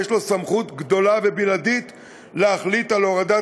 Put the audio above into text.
יש לו סמכות גדולה ובלעדית להחליט על הורדת